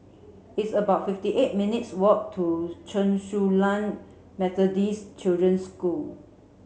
it's about fifty eight minutes' walk to Chen Su Lan Methodist Children's School